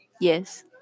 Yes